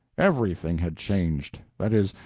everything had changed that is,